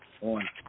on